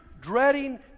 dreading